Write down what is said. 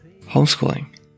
homeschooling